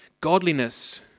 Godliness